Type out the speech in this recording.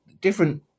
different